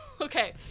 Okay